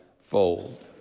fold